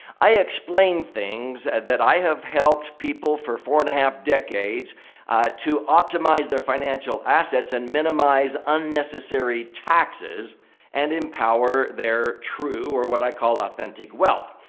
i explain things and that i have helped people for four and a half decades to optimize their financial assets and minimize unnecessary taxes and empower their true or what i call authentic wealth.